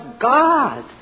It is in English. God